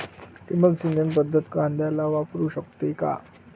ठिबक सिंचन पद्धत कांद्याला वापरू शकते का?